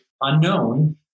unknown